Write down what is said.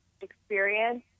experience